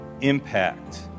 impact